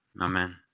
Amen